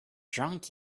drunk